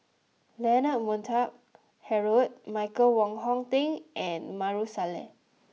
Leonard Montague Harrod Michael Wong Hong Teng and Maarof Salleh